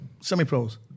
Semi-pros